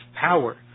power